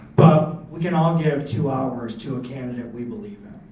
but we can all give two hours to a candidate we believe in.